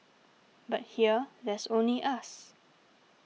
but here there's only us